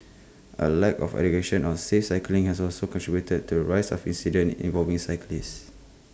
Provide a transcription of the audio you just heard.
A lack of education on safe cycling has also contributed to the rise of incidents involving cyclists